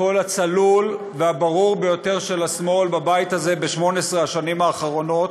הקול הצלול והברור ביותר של השמאל בבית הזה ב-18 השנים האחרונות,